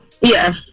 Yes